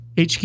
HQ